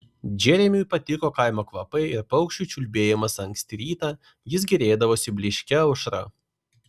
džeremiui patiko kaimo kvapai ir paukščių čiulbėjimas anksti rytą jis gėrėdavosi blyškia aušra